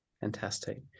Fantastic